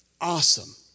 Awesome